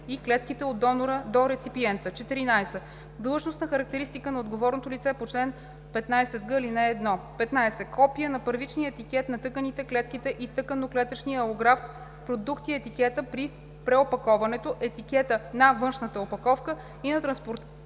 и клетките от донора до реципиента; 14. длъжностна характеристика на отговорното лице по чл. 15г, ал. 1; 15. копие на първичния етикет на тъканите, клетките и тъканно-клетъчните алографт продукти, етикетът при преопаковането, етикетът на външната опаковка и на транспортните